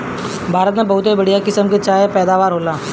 भारत में बहुते बढ़िया किसम के चाय के पैदावार होला